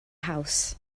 house